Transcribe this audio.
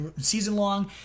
season-long